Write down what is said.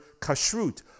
kashrut